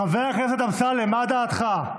חבר הכנסת אמסלם, מה דעתך?